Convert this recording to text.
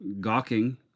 gawking